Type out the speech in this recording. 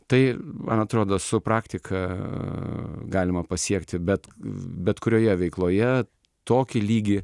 tai man atrodo su praktika galima pasiekti bet bet kurioje veikloje tokį lygį